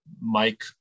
Mike